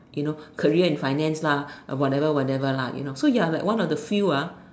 you know career and finance lah uh whatever whatever lah you know so you are like one of the few ah